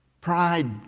Pride